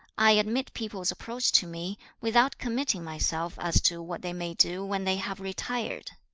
i admit people's approach to me without committing myself as to what they may do when they have retired.